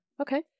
Okay